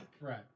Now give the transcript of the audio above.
right